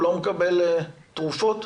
הוא לא מקבל תרופות?